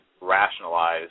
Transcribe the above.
rationalize